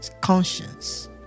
conscience